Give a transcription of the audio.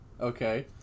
Okay